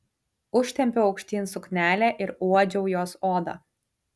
užtempiau aukštyn suknelę ir uodžiau jos odą